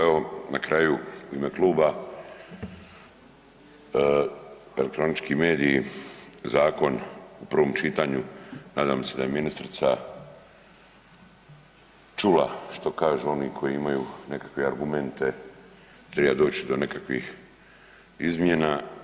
Evo na kraju u ime Kluba elektronički mediji zakon u prvom čitanju nadam se da je ministrica čula što kažu oni koji imaju nekakve argumente treba doći do nekakvih izmjena.